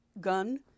gun